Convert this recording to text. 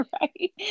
Right